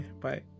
Bye